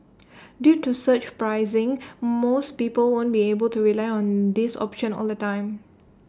due to surge pricing most people won't be able to rely on this option all the time